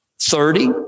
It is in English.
Thirty